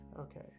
Okay